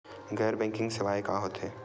गैर बैंकिंग सेवाएं का होथे?